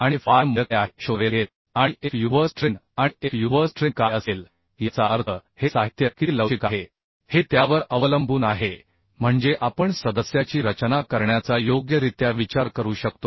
आणि त्यानुसार आपल्याला fu मूल्य काय आहे आणि fy मूल्य काय आहे हे शोधावे लागेल आणि fu वर स्ट्रेन आणि fu वर स्ट्रेन काय असेल याचा अर्थ हे साहित्य किती डक्टाईल आहे हे त्यावर अवलंबून आहे म्हणजे आपण मेम्बरची रचना करण्याचा योग्यरित्या विचार करू शकतो